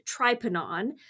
tripanon